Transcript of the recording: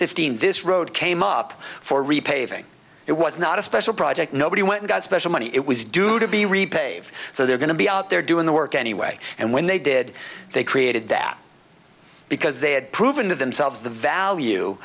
fifteen this road came up for repaving it was not a special project nobody went into special money it was due to be repaved so they're going to be out there doing the work anyway and when they did they created that because they had proven to themselves the value